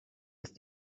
ist